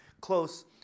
close